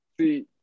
See